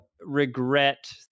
regret